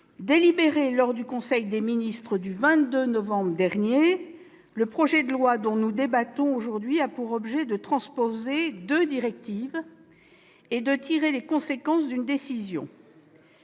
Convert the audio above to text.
Délibéré lors du conseil des ministres du 22 novembre dernier, le texte dont nous débattons aujourd'hui a pour objet de transposer deux directives et de tirer les conséquences d'une décision.